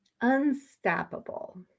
unstoppable